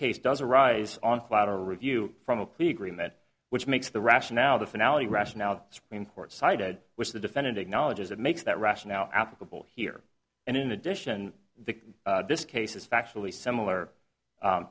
case does arise on flat a review from a plea agreement which makes the rationale the finale rationale the supreme court cited which the defendant acknowledges that makes that rationale applicable here and in addition the this case is factually similar